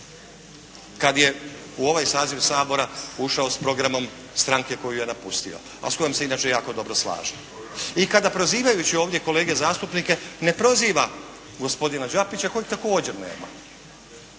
kada je u ovaj saziv Sabora ušao sa programom stranke koju je napustio, a s kojom se inače jako dobro slaže. I kada prozivajući ovdje kolege zastupnike ne proziva gospodina Đapića kojeg također nema,